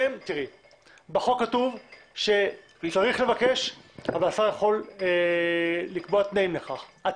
בחוק כתוב שצריך לבקש אבל השר יכול לקבוע תנאים לכך.